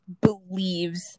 believes